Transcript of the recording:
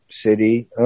city